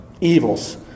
evils